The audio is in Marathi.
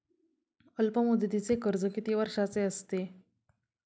अल्पमुदतीचे कर्ज किती वर्षांचे असते?